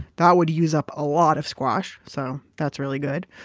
that would use up a lot of squash, so that's really good.